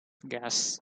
gas